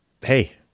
hey